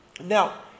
Now